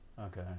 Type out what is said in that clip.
Okay